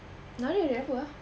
hari ni hari apa ah